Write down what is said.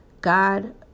God